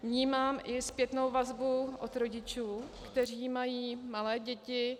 Vnímám i zpětnou vazbu od rodičů, kteří mají malé děti.